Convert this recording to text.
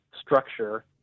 structure